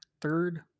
third